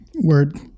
Word